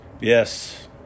Yes